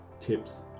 tips